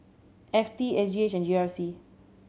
F T S G H and G R C